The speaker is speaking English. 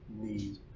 need